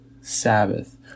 Sabbath